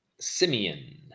Simeon